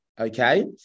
Okay